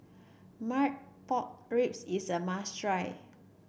Marmite Pork Ribs is a must try